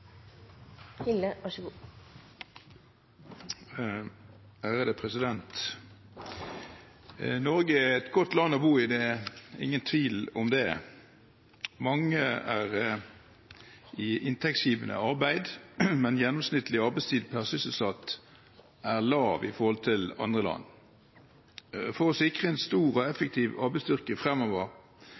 et godt land å bo i. Det er ingen tvil om det. Mange er i inntektsgivende arbeid, men gjennomsnittlig arbeidstid per sysselsatt er lav i forhold til andre land. For å sikre en stor og effektiv arbeidsstyrke fremover